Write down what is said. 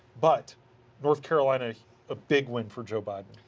but north carolina is a big win for joe biden.